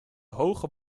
hoge